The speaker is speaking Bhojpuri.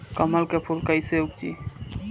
कमल के फूल कईसे उपजी?